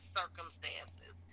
circumstances